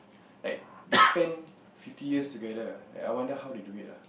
like they spend fifty years together I wonder how they do it lah